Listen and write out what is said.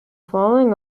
following